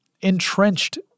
entrenched